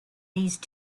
these